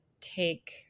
take